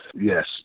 Yes